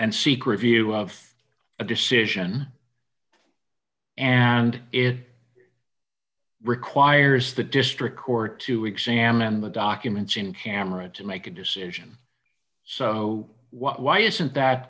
and secret view of a decision and if requires the district court to examine the documents in camera to make a decision so why isn't that